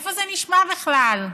איפה זה נשמע בכלל?